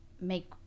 make